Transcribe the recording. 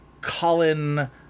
Colin